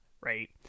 right